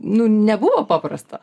nu nebuvo paprasta